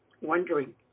wondering